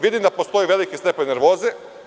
Vidim da postoji veliki stepen nervoze.